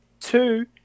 Two